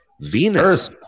Venus